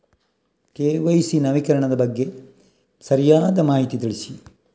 KYC ನವೀಕರಣದ ಬಗ್ಗೆ ಸರಿಯಾದ ಮಾಹಿತಿ ತಿಳಿಸಿ?